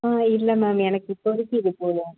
ஆ இல்லை மேம் எனக்கு இப்போதைக்கு இது போதும்